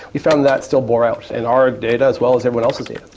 we found that still bore out in our data as well as everyone else's data.